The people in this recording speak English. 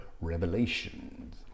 Revelations